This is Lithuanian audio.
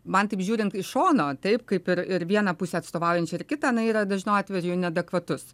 man tik žiūrint iš šono taip kaip ir ir vieną pusę atstovaujančia ir kitą na yra dažnu atveju neadekvatus